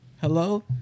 Hello